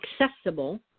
accessible